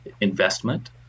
investment